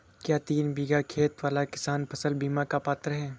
क्या तीन बीघा खेत वाला किसान फसल बीमा का पात्र हैं?